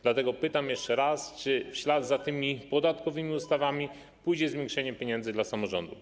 Dlatego pytam jeszcze raz: Czy w ślad za tymi podatkowymi ustawami pójdzie zwiększenie pieniędzy dla samorządów?